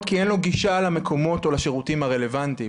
כי אין לו גישה למקומות או לשירותים הרלוונטים.